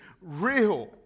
real